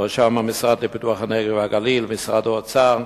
בראשם המשרד לפיתוח הנגב והגליל ומשרד האוצר,